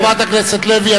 חברת הכנסת לוי.